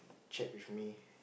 chat with me